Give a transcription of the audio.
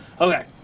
Okay